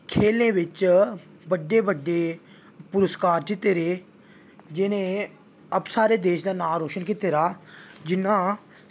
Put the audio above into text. खेलें बिच्च बड्डे बड्डे पुरस्कार जित्ते दे जि'नें साढ़े देश दा नांऽ रोशन कीते दा जि'यां